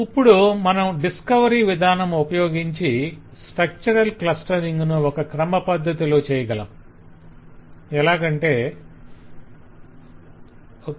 ఇప్పుడు మనం డిస్కవరీ విధానం ఉపయోగించి స్ట్రక్చరల్ క్లస్టరింగ్ ను ఒక క్రమ పద్ధతిలో చేయగలం ఎలాగంటే ఓకే